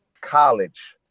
college